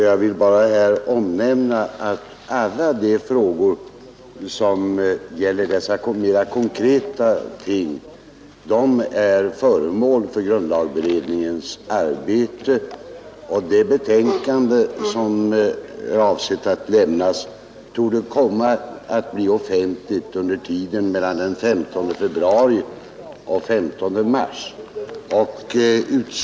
Jag vill bara här omnämna att alla de frågor som gäller dessa mera konkreta ting är föremål för grundlagberedningens arbete, och det betänkande som är avsett att lämnas torde komma att bli offentligt under tiden mellan den 15 februari och 15 mars.